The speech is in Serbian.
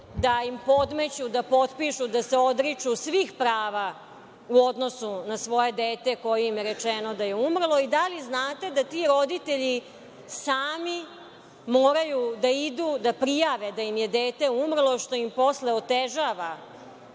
da im podmeću da potpišu da se odriču svih prava u odnosu na svoje dete za koje im je rečeno da je umrlo? I da li znate da ti roditelji sami moraju da idu da prijave da im je dete umrlo, što im posle otežava